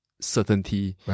certainty